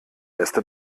erste